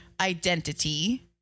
identity